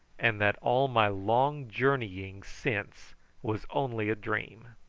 and that all my long journeying since was only a dream.